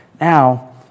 Now